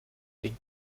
den